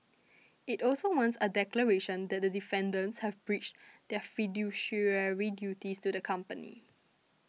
it also wants a declaration that the defendants have breached their fiduciary duties to the company